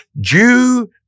Jew